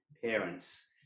parents